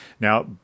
Now